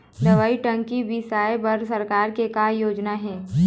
दवई टंकी बिसाए बर सरकार के का योजना हे?